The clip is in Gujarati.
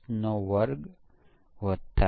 તેઓ કયા પ્રકારનું પરીક્ષણ કરે છે